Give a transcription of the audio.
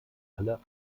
alle